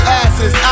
asses